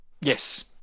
Yes